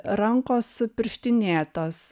rankos pirštinėtos